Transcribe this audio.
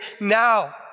now